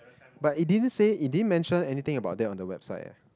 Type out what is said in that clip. but it didn't say it didn't mention anything about that on the website eh